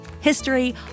history